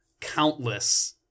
countless